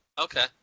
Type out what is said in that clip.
okay